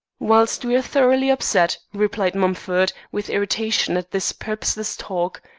whilst we're thoroughly upset replied mumford, with irritation at this purposeless talk,